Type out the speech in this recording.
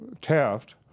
Taft